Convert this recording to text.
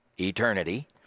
eternity